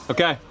Okay